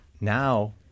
now